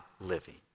living